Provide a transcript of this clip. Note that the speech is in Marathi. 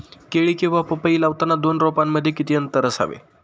केळी किंवा पपई लावताना दोन रोपांमध्ये किती अंतर असावे?